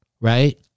right